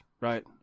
right